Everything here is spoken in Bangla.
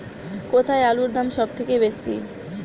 কোথায় আলুর দাম সবথেকে বেশি?